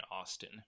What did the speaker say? Austin